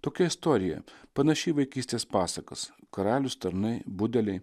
tokia istorija panaši į vaikystės pasakas karalius tarnai budeliai